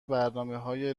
برنامههای